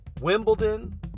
Wimbledon